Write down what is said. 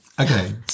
Okay